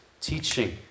teaching